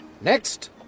Next